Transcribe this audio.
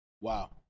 Wow